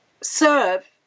serve